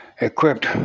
equipped